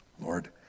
Lord